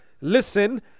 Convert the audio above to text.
listen